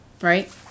right